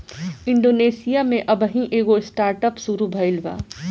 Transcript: Indonesia में अबही एगो स्टार्टअप शुरू भईल बा